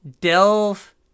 Delve